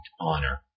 honor